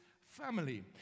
family